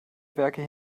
werke